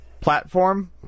platform